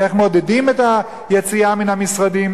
איך מודדים את היציאה מן המשרדים